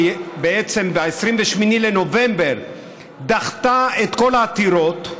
שב-28 בנובמבר בעצם דחתה את כל העתירות,